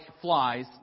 flies